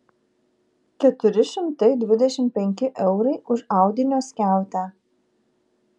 keturi šimtai dvidešimt penki eurai už audinio skiautę